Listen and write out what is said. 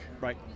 Right